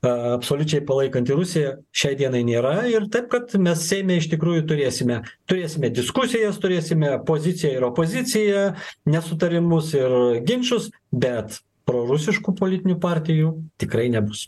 absoliučiai palaikanti rusiją šiai dienai nėra ir taip kad mes seime iš tikrųjų turėsime turėsime diskusijas turėsime poziciją ir opoziciją nesutarimus ir ginčus bet prorusiškų politinių partijų tikrai nebus